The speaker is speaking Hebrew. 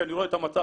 כשאני רואה את המצב,